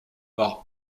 par